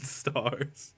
stars